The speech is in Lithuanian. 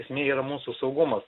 esmė yra mūsų saugumas